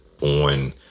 on